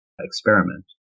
experiment